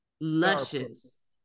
luscious